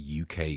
UK